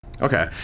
Okay